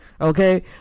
Okay